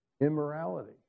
immorality